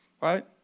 Right